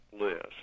list